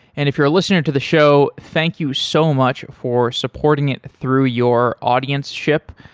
and if you're listening to the show, thank you so much for supporting it through your audienceship.